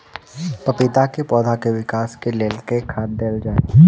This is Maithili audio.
पपीता केँ पौधा केँ विकास केँ लेल केँ खाद देल जाए?